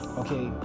okay